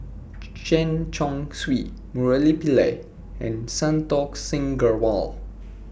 Chen Chong Swee Murali Pillai and Santokh Singh Grewal